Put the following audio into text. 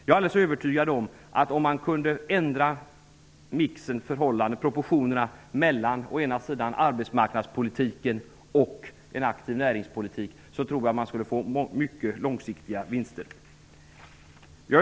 Jag är alldeles övertygad om att om man kunde ändra proportionerna mellan arbetsmarknadspolitiken och en aktiv näringspolitik skulle man få mycket långsiktiga vinster.